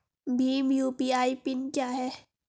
Bhim UPI PIN क्या है?